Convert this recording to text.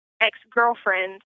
ex-girlfriend